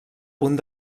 punt